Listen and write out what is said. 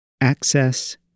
Access